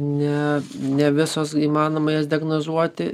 ne ne visos įmanoma jas diagnozuoti